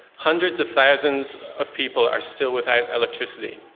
hundreds of thousands of people are still without electricity.